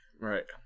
Right